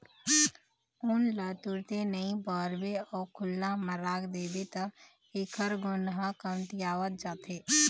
ऊन ल तुरते नइ बउरबे अउ खुल्ला म राख देबे त एखर गुन ह कमतियावत जाथे